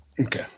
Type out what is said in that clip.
Okay